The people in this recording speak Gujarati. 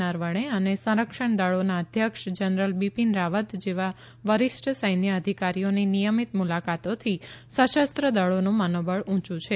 નરવણે અને સંરક્ષણ દળોના અધ્યક્ષ જનરલ બીપીન રાવત જેવા વરિષ્ઠ સૈન્ય અધિકારીઓની નિયમિત મુલાકાતોથી સશસ્ત્ર દળોનું મનોબળ ઉયુ છે